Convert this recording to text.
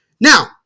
Now